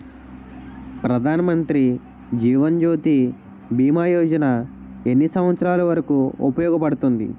ప్రధాన్ మంత్రి జీవన్ జ్యోతి భీమా యోజన ఎన్ని సంవత్సారాలు వరకు ఉపయోగపడుతుంది?